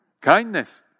Kindness